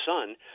Son